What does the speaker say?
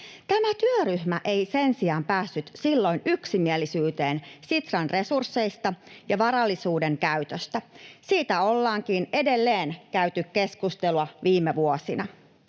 Tämä työryhmä ei sen sijaan päässyt silloin yksimielisyyteen Sitran resursseista ja varallisuuden käytöstä. Siitä ollaankin edelleen käyty keskustelua viime vuosina.